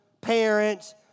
parents